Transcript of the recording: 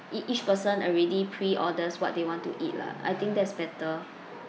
ea~ each person already pre orders what they want to eat lah I think that's better